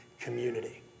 community